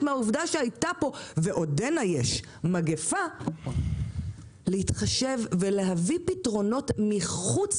מהעובדה שהייתה פה ועודנה יש מגפה להתחשב ולהביא פתרונות מחוץ